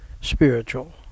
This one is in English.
spiritual